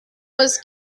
was